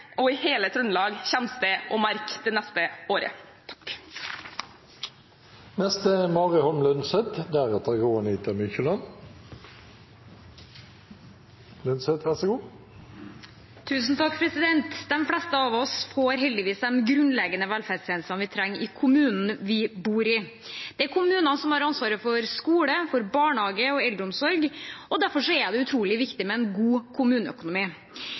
og i hele Trøndelag kommer til å merke det neste året. De fleste av oss får heldigvis de grunnleggende velferdstjenestene vi trenger, i kommunen vi bor i. Det er kommunene som har ansvaret for skole, barnehage og eldreomsorg, og derfor er det utrolig viktig med en god kommuneøkonomi.